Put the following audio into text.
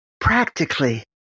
practically